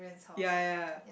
ya ya